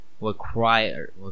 required